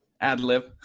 ad-lib